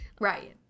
Right